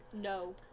No